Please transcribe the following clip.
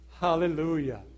Hallelujah